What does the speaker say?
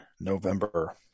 november